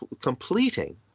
completing